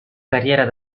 carriera